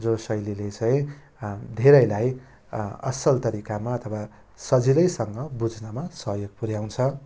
जो शैलीले चाहिँ धेरैलाई असल तरिकामा अथवा सजिलैसँग बुझ्नमा सहयोग पुर्याउँछ